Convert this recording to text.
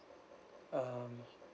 um